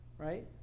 Right